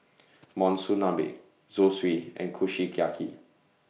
Monsunabe Zosui and Kushiyaki